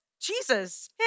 Jesus